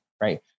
right